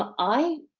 i,